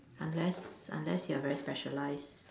unless unless you are very specialized